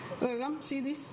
wait you want see this